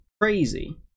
crazy